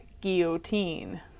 Guillotine